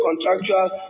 contractual